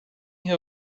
her